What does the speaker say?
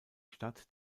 stadt